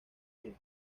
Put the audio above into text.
fin